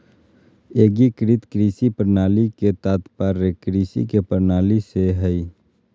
एग्रीकृत कृषि प्रणाली के तात्पर्य कृषि के प्रणाली से हइ